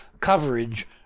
coverage